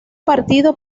partido